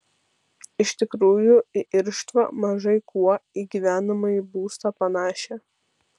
iš tikrųjų į irštvą mažai kuo į gyvenamąjį būstą panašią